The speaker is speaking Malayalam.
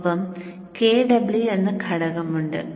ഒപ്പം Kw എന്ന ഘടകമുണ്ട്